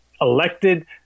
elected